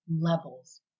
levels